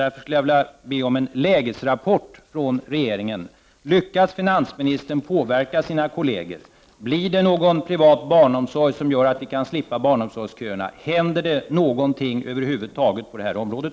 Jag vill därför be om en lägesrapport från regeringen. Lyckas finansminstern påverka sina kolleger? Blir det någon privat barnomsorg, så att vi kan slippa barnomsorgsköerna? Händer det över huvud taget någonting på det här området?